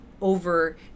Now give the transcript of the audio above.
over